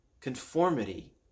conformity